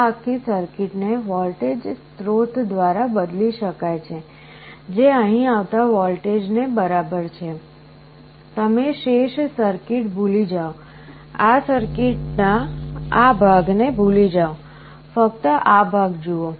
આ આખી સર્કિટને વોલ્ટેજ સ્રોત દ્વારા બદલી શકાય છે જે અહીં આવતા વોલ્ટેજ ને બરાબર છે તમે શેષ સર્કિટ ભૂલી જાઓ સર્કિટના આ ભાગને ભૂલી જાઓ ફક્ત આ ભાગ જુઓ